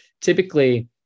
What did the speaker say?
typically